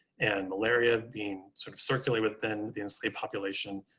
and malaria being sort of circulate within the population.